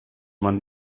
man